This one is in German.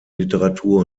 literatur